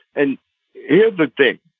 and here's the thing.